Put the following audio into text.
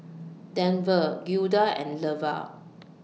Denver Gilda and Leva